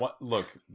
look